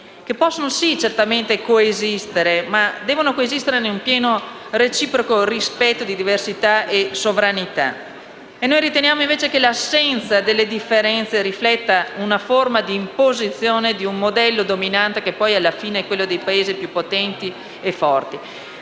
che possono, sì, certamente coesistere ma devono coesistere nel pieno, reciproco rispetto di diversità e sovranità. Riteniamo invece che l'assenza delle differenze rifletta una forma di imposizione di un modello dominante, che alla fine è quello dei Paesi più potenti e forti.